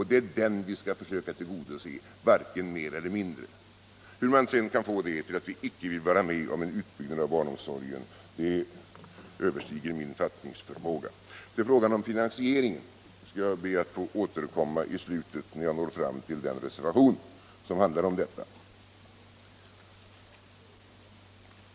Det är den vi skall försöka tillgodose, varken mer eller mindre. Hur man sedan kan få det till att vi inte vill vara med om en utbyggnad av barnomsorgen överstiger min fattningsförmåga. Till frågan om finansieringen skall jag be att få återkomma i slutet av mitt anförande när jag når fram till den reservation som handlar om detta.